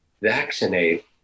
vaccinate